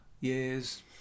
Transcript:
years